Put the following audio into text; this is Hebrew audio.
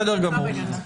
בסדר גמור.